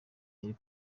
yari